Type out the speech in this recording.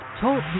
Talk